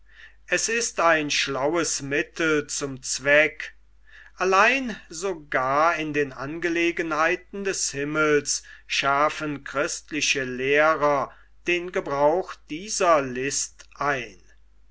es ist ein schlaues mittel zum zweck allein sogar in den angelegenheiten des himmels schärfen christliche lehrer den gebrauch dieser list ein